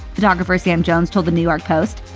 photographer sam jones told the new york post,